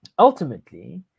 ultimately